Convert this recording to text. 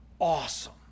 awesome